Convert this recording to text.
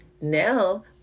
now